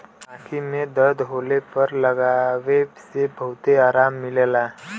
आंखी में दर्द होले पर लगावे से बहुते आराम मिलला